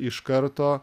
iš karto